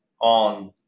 on